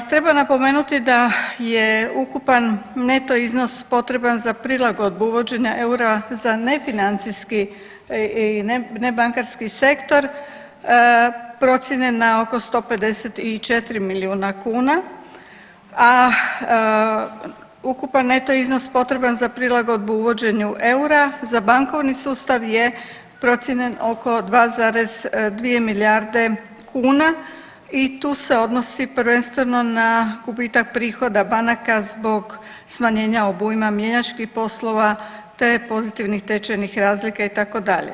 Treba napomenuti da je ukupan neto iznos potreban za prilagodbu uvođenja eura za nefinancijski i nebankarski sektor procijenjen na oko 154 milijuna kuna, a ukupan neto iznos potreban za prilagodbu uvođenja eura za bankovni sustav je procijenjen oko 2,2 milijarde kuna i tu se odnosi prvenstveno na gubitak prihoda banaka zbog smanjenja obujma mjenjačkih poslova te pozitivnih tečajnih razlika itd.